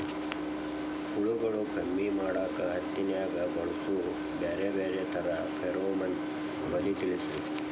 ಹುಳುಗಳು ಕಮ್ಮಿ ಮಾಡಾಕ ಹತ್ತಿನ್ಯಾಗ ಬಳಸು ಬ್ಯಾರೆ ಬ್ಯಾರೆ ತರಾ ಫೆರೋಮೋನ್ ಬಲಿ ತಿಳಸ್ರಿ